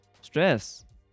Stress